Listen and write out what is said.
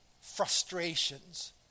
frustrations